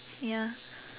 ya